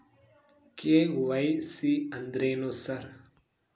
KYC ಅಂದ್ರೇನು sir?